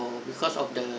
or because of the